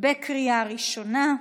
בקריאה ראשונה.